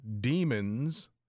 demons